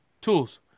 tools